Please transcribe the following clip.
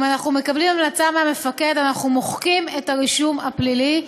אם אנחנו מקבלים המלצה מהמפקד אנחנו מוחקים את הרישום הפלילי שלו.